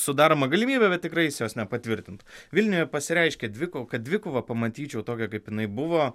sudaroma galimybė bet tikrai jis jos nepatvirtintų vilniuje pasireiškė dvikova dvikova pamatyčiau tokią kaip jinai buvo